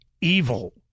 evil